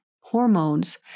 hormones